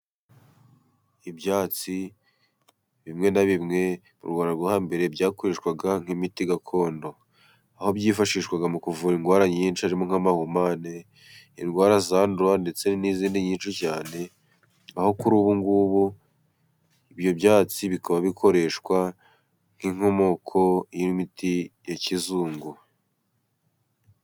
Ibyatsi bimwe na bimwe，mu Rwanda rwo hambere，byakoreshwaga nk'imiti gakondo. Aho byifashishwaga mu kuvura indwara nyinshi， harimo nk'amahumane， indwara zandura， ndetse n'izindi nyinshi cyane， naho kuri ubu ngubu， ibyo byatsi bikaba bikoreshwa nk'inkomoko y'imiti ya kizungu.